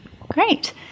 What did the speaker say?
Great